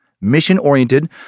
mission-oriented